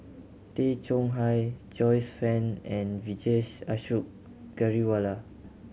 Tay Chong Hai Joyce Fan and Vijesh Ashok Ghariwala